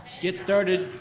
get started.